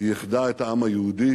היא איחדה את העם היהודי,